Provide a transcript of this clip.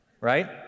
right